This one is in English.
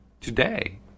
today